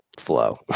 flow